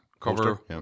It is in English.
Cover